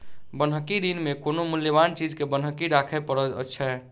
बन्हकी ऋण मे कोनो मूल्यबान चीज के बन्हकी राखय पड़ैत छै